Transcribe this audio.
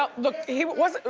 ah look he was,